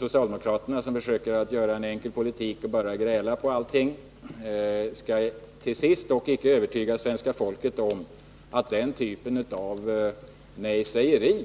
Socialdemokraterna, som för en enkel politik och bara grälar om allting, skall dock till sist inte kunna övertyga svenska folket om att den typen av nejsägeri